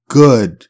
good